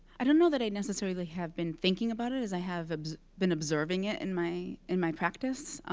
i don't know that i necessarily have been thinking about it as i have been observing it in my in my practice.